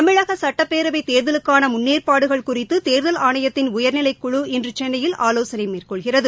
தமிழக சட்டப்பேரவைத் தேர்தலுக்கான முன்னேற்பாடுகள் குறித்து தேர்தல் ஆணையத்தின் உயர்நிலைக்குழு இன்று சென்னையில் ஆலோசனை மேற்கொள்கிறது